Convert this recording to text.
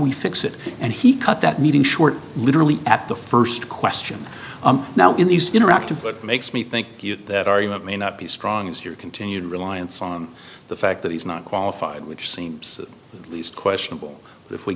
we fix it and he cut that meeting short literally at the first question now in these interactive what makes me think that argument may not be as strong as your continued reliance on the fact that he's not qualified which seems least questionable if we